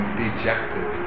dejected